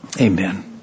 Amen